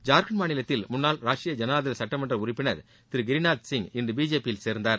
ஜார்கண்ட் மாநிலத்தில் முன்னாள் ராஷ்ட்ரிய ஜனதாதள் சட்ட மன்ற உறுப்பினர் திரு கிரிநாத் சிங் இன்று பிஜேபி யில் சேர்ந்தார்